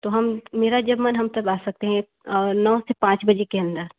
तो हम मेरा जब मन हम तब आ सकते हैं एक नौ से पाँच बजे के अंदर